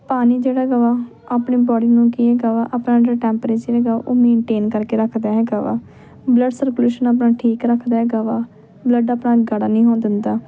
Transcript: ਪਾਣੀ ਜਿਹੜਾ ਹੈਗਾ ਵਾ ਆਪਣੇ ਬੋਡੀ ਨੂੰ ਕੀ ਹੈਗਾ ਵਾ ਆਪਣਾ ਟੈਪਰੇਚਰ ਹੈਗਾ ਉਹ ਮੇਨਟੇਨ ਕਰਕੇ ਰੱਖਦਾ ਹੈਗਾ ਵਾ ਬਲੱਡ ਸਰਕੁਲੇਸ਼ਨ ਆਪਣਾ ਠੀਕ ਰੱਖਦਾ ਹੈਗਾ ਵਾ ਬਲੱਡ ਆਪਣਾ ਗਾੜਾ ਨਹੀਂ ਹੋਣ ਦਿੰਦਾ